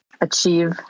achieve